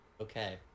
okay